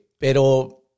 Pero